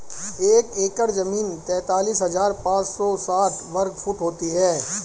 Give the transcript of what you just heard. एक एकड़ जमीन तैंतालीस हजार पांच सौ साठ वर्ग फुट होती है